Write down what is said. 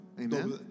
Amen